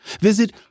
visit